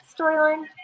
storyline